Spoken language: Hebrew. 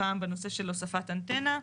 הפעם בנושא של הוספת אנטנה.